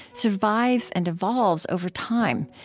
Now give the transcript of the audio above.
survives and evolves over time,